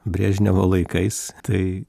brežnevo laikais tai